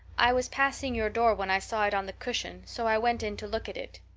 i was passing your door when i saw it on the cushion, so i went in to look at it.